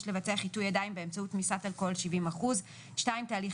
יש לבצע חיטוי ידיים באמצעות תמיסת אלכוהול 70%; הדיגום